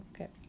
okay